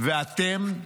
ואתם,